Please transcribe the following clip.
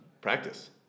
practice